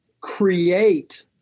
create